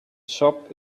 shop